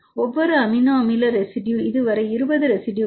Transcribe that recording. ஒவ்வொரு அமினோ அமில ரெசிடுயு இதுவரை 20 ரெசிடுயுகள்